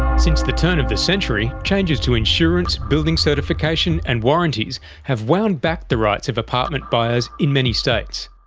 since the turn of the century, changes to insurance, building certification and warranties have wound back the rights of apartment buyers in many states.